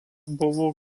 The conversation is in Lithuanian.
buvo